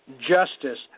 justice